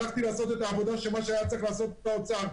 הלכתי לעשות את העבודה שהיה צריך לעשות באוצר.